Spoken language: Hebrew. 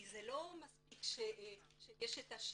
כי זה לא מספיק שיש שיעור,